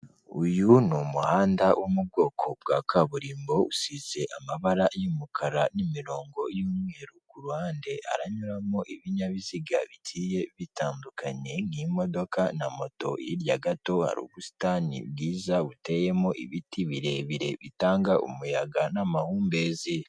Uyu ni umuhanda wo mu bwoko bwa kaburimbo, usize amabara y'umukara n'imirongo y'umweru, kuruhande haranyuramo ibinyabiziga bigiye bitandukanye, nk'imodoka na moto, hirya gato hari ubusitani bwiza, buteyemo ibiti birebire, bitanga umuyaga n'amahumbezi.